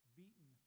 beaten